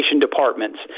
departments